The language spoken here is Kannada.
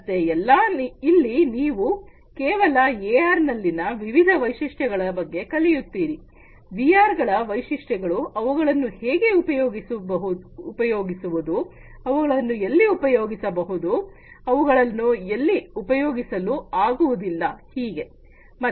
ಮತ್ತೆ ಇಲ್ಲಿ ನೀವು ಕೇವಲ ಎಆರ್ ನಲ್ಲಿನ ವಿವಿಧ ವೈಶಿಷ್ಟ್ಯ ಗಳ ಬಗ್ಗೆ ಕಲಿಯುತ್ತೀರಿ ವಿಆರ್ ಗಳ ವೈಶಿಷ್ಟ್ಯಗಳು ಅವುಗಳನ್ನು ಹೇಗೆ ಉಪಯೋಗಿಸುವುದು ಅವುಗಳನ್ನು ಎಲ್ಲಿ ಉಪಯೋಗಿಸಬಹುದು ಅವುಗಳನ್ನು ಎಲ್ಲಿ ಉಪಯೋಗಿಸಲು ಆಗುವುದಿಲ್ಲ ಹೀಗೆ